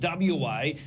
WA